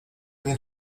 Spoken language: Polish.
nie